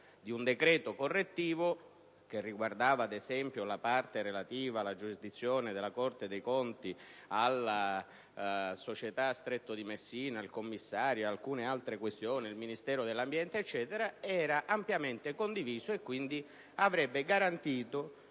di un decreto correttivo - che riguardava, ad esempio, le parti relative alla giurisdizione della Corte dei conti, alla società Stretto di Messina, ai Commissari di Governo e ad alcune altre questioni relative al Ministero dell'ambiente - era ampiamente condivisa e quindi avrebbe garantito